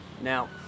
Now